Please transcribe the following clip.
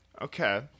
Okay